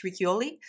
Riccioli